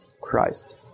Christ